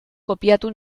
kopiatu